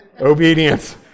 Obedience